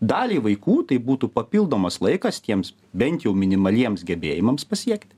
daliai vaikų tai būtų papildomas laikas tiems bent jau minimaliems gebėjimams pasiekti